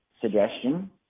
suggestion